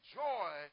joy